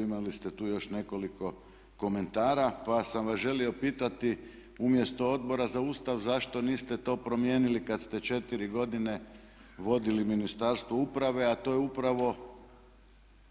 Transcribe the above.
Imali ste tu još nekoliko komentara, pa sam vas želio pitati umjesto Odbora za ustav zašto to niste promijenili kad ste četiri godine vodili Ministarstvo uprave, a to je upravo